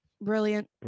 brilliant